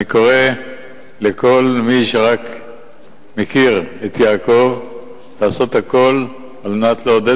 אני קורא לכל מי שרק מכיר את יעקב לעשות הכול על מנת לעודד